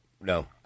No